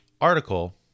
article